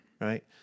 right